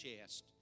chest